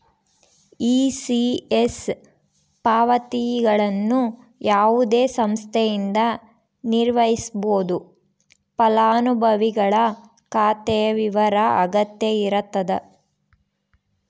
ECS ಪಾವತಿಗಳನ್ನು ಯಾವುದೇ ಸಂಸ್ಥೆಯಿಂದ ನಿರ್ವಹಿಸ್ಬೋದು ಫಲಾನುಭವಿಗಳ ಖಾತೆಯ ವಿವರ ಅಗತ್ಯ ಇರತದ